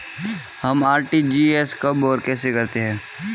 हम आर.टी.जी.एस कब और कैसे करते हैं?